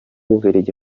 bubiligi